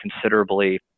considerably